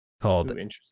called